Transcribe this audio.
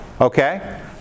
okay